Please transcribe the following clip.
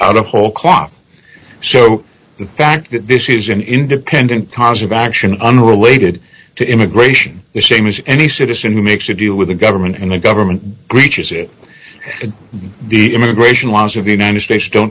of whole cloth so the fact that this is an independent cause of action unrelated to immigration is same as any citizen who makes a deal with the government and the government breaches it the immigration laws of the united states don't